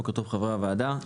בוקר טוב חברי הוועדה,